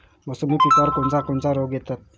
मोसंबी पिकावर कोन कोनचे रोग येतात?